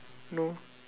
no